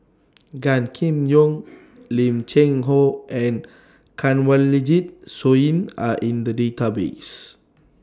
Gan Kim Yong Lim Cheng Hoe and Kanwaljit Soin Are in The Database